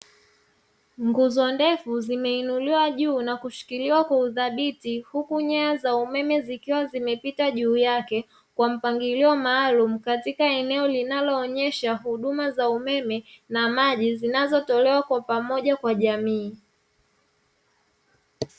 Nguzo ndefu zimeinuliwa juu na kushikiliwa kwa uthabiti, huku nyaya za umeme zikiwa zimepita juu yake kwa mpangilio maalumu katika eneo linaloonyesha huduma za umeme na maji, zinazotolewa kwa pamoja kwa jamii.